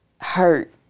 hurt